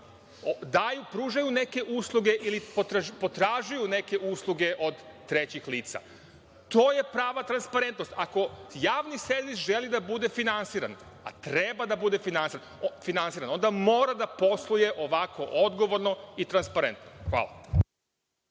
kojima pružaju neke usluge ili potražuju neke usluge od trećih lica. To je prava transparentnost. Ako javni servis želi da bude finansiran, a treba da bude finansiran, onda mora da posluje ovako odgovorno i transparentno. **Maja